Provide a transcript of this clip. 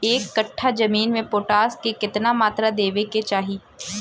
एक कट्ठा जमीन में पोटास के केतना मात्रा देवे के चाही?